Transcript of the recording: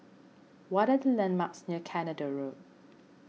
what are the landmarks near Canada Road